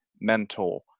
mentor